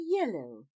yellow